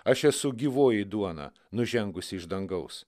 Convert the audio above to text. aš esu gyvoji duona nužengusi iš dangaus